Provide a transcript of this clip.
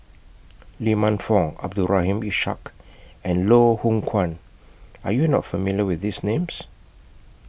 Lee Man Fong Abdul Rahim Ishak and Loh Hoong Kwan Are YOU not familiar with These Names